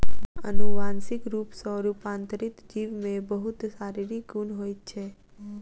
अनुवांशिक रूप सॅ रूपांतरित जीव में बहुत शारीरिक गुण होइत छै